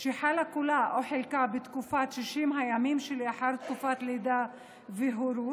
שחלה כולה או חלקה בתקופת 60 הימים שלאחר תקופת לידה והורות,